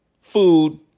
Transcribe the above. food